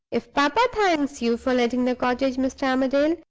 if papa thanks you for letting the cottage, mr. armadale,